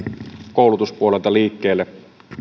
koulutuspuolelta liikkeelle